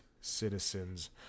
Citizens